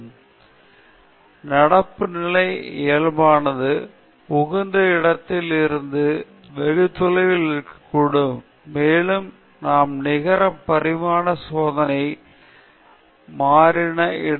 எனவே நடப்பு நிலை இயல்பானது உகந்த இடத்தில் இருந்து வெகு தொலைவில் இருக்கக்கூடும் மேலும் நாம் நிகர பரிமாண சோதனை மாறியின் இடையில் திசைதிருப்ப முடியாது